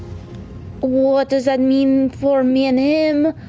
what does that mean for me and him?